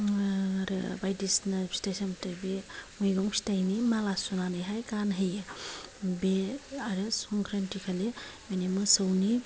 आरो बायदिसना फिथाय सामथाय बे मेगं फिथायनि माला सुनानैहाय गानहोयो बे आरो संख्रान्थिखालि माने मोसौनि